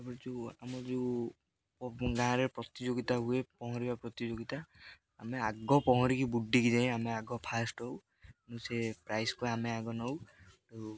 ତାପରେ ଯେଉଁ ଆମର ଯେଉଁ ଗାଁରେ ପ୍ରତିଯୋଗିତା ହୁଏ ପହଁରିବା ପ୍ରତିଯୋଗିତା ଆମେ ଆଗ ପହଁରିକି ବୁଡ଼ିକି ଯାଇ ଆମେ ଆଗ ଫାଷ୍ଟ ହଉ ସେ ପ୍ରାଇଜ୍କୁ ଆମେ ଆଗ ନଉ ତେଣୁ